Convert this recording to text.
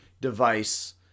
device